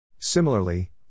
Similarly